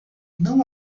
não